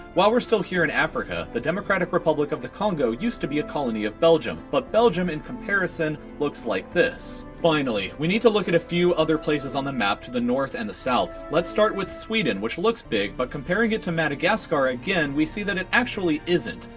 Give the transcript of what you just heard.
while we're still here in africa, the democratic republic of the congo used to be a colony of belgium. but belgium, in comparison, looks like this. finally, we need to look at a few other places on the map to the north and the south. let's start with sweden, which looks big. but comparing it to madagascar, again, we see that it actually isn't.